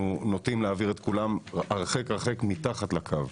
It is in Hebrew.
נוטים להעביר את כולן הרחק הרחק מתחת לקו.